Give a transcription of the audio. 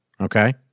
okay